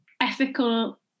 ethical